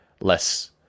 less